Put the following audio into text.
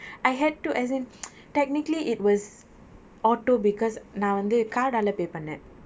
I had to as in technically it was automatic because நா வந்து:naa vanthu card லே:le pay பன்னேன்:pannen